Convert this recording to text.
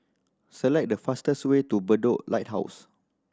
select the fastest way to Bedok Lighthouse